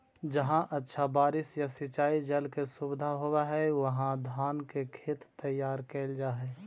जहाँ अच्छा बारिश या सिंचाई जल के सुविधा होवऽ हइ, उहाँ धान के खेत तैयार कैल जा हइ